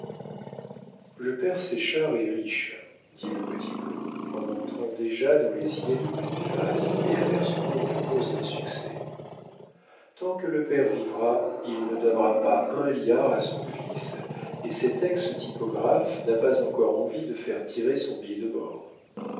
le père séchard est riche dit le petit claud en entrant déjà dans les idées de boniface et apercevant une cause d'insuccès tant que le père vivra il ne donnera pas un liard à son fils et cet ex typographe n'a pas encore envie de faire tirer son billet de mort